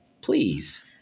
Please